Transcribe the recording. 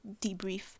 debrief